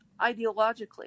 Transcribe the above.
ideologically